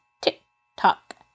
tick-tock